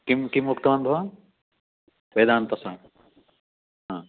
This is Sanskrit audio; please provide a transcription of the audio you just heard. किं किम् उक्तवान् भवान् वेदान्तस्य